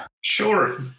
Sure